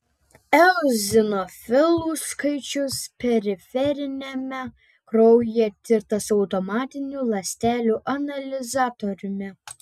eozinofilų skaičius periferiniame kraujyje tirtas automatiniu ląstelių analizatoriumi